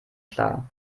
klar